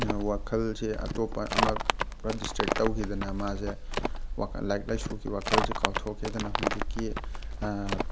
ꯋꯥꯈꯜꯁꯦ ꯑꯇꯣꯞꯄ ꯑꯃ ꯄꯨꯔꯥ ꯗꯤꯁꯇ꯭ꯔꯦꯛ ꯇꯧꯈꯤꯗꯅ ꯃꯥꯁꯦ ꯂꯥꯏꯔꯤꯛ ꯂꯥꯏꯁꯨꯒꯤ ꯋꯥꯈꯜꯁꯤ ꯀꯥꯎꯊꯣꯛꯈꯤꯗꯅ ꯍꯨꯖꯤꯛꯀꯤ